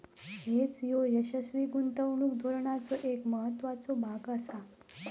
hedge ह्यो यशस्वी गुंतवणूक धोरणाचो एक महत्त्वाचो भाग आसा